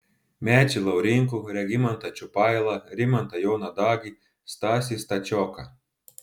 mečį laurinkų regimantą čiupailą rimantą joną dagį stasį stačioką